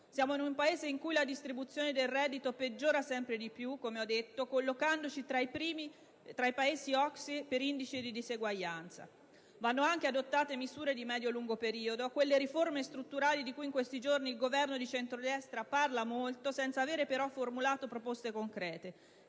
Siamo in un Paese in cui la distribuzione del reddito peggiora sempre di più, come ho detto, collocandoci tra i primi tra i Paesi OCSE per indice di disuguaglianza. Devono anche essere adottate misure di medio-lungo periodo (quelle riforme strutturali di cui in questi giorni il Governo di centrodestra parla molto, senza avere però formulato proposte concrete)